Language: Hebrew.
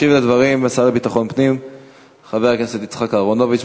ישיב על הדברים השר לביטחון פנים חבר כנסת יצחק אהרונוביץ,